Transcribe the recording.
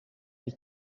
ari